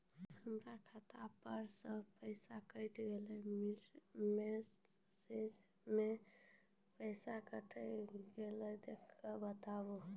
हमर खाता पर से पैसा कौन मिर्ची मे पैसा कैट गेलौ देख के बताबू?